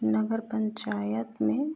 नगर पंचायत में